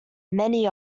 many